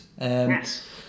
Yes